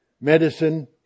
medicine